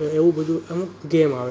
એ એવું બધું અમુક ગેમ આવે